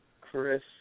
Chris